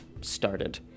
started